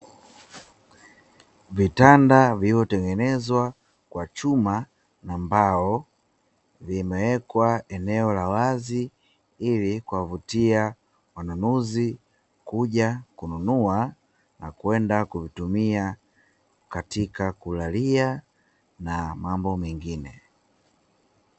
Vitanda vilivyotengenezwa kwa chuma na mbao, vimewekwa eneo la wazi ili kuwavutia wanunuzi kuja kununua, na kwenda kuvitumia katika kulalia na mambo mengine.